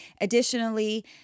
Additionally